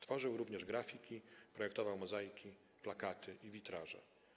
Tworzył również grafiki, projektował mozaiki, plakaty i witraże.